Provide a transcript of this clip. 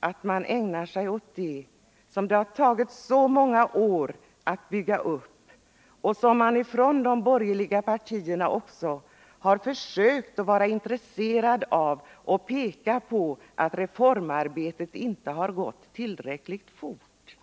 att ge sig på ett försäkringssystem som det har tagit så många år att bygga upp. Också de borgerliga partierna har tidigare visat ett intresse att peka på att reformarbetet inte har gått tillräckligt fort.